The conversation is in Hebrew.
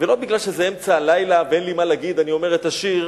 לא כי זה אמצע הלילה ואין לי מה להגיד אני אומר את השיר,